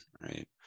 Right